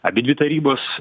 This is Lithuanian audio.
abidvi tarybos